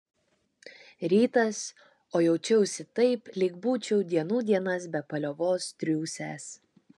rytas o jaučiuosi taip lyg būčiau dienų dienas be paliovos triūsęs